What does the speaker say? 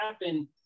happen